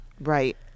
Right